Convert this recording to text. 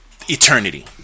eternity